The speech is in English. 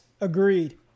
Agreed